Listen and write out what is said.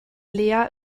lea